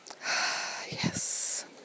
Yes